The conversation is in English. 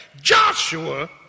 Joshua